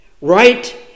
Right